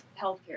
healthcare